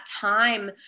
time